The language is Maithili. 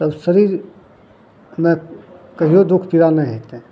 तब शरीरमे कहियौ दुःख पीड़ा नहि होयत